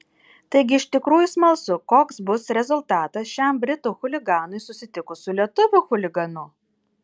taigi iš tikrųjų smalsu koks bus rezultatas šiam britų chuliganui susitikus su lietuvių chuliganu